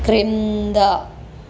క్రింద